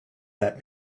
that